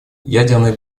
ядерная